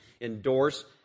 endorse